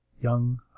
young